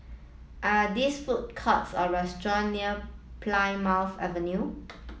are this food courts or restaurant near Plymouth Avenue